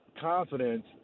confidence